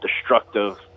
destructive